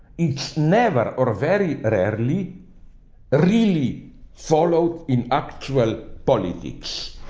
it's never or very ah rarely really followed in actual politics.